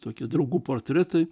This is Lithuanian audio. tokie draugų portretai